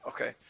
Okay